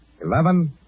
Eleven